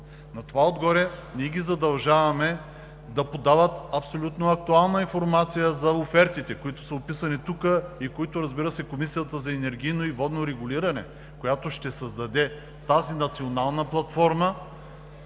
От друга страна, ние ги задължаваме да подават абсолютно актуална информация за офертите, които са описани тук и които, разбира се, Комисията за енергийно и водно регулиране, която ще създаде националната платформа